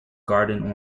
garden